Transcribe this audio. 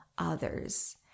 Others